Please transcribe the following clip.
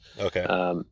Okay